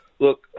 Look